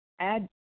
Add